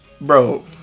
bro